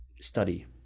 study